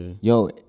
Yo